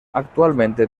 actualmente